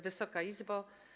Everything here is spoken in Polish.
Wysoka Izbo!